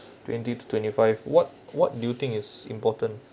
twenty to twenty five what what do you think is important